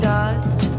dust